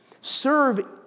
serve